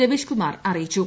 രവീഷ് കുമാർ അറിയിച്ചു